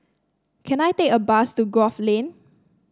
can I take a bus to Grove Lane